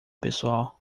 pessoal